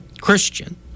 Christian